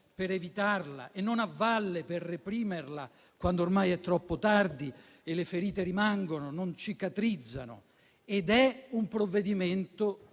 per evitarla, e non a valle, per reprimerla, quando ormai è troppo tardi e le ferite rimangono e non cicatrizzano. Ed è un provvedimento